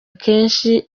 kenshi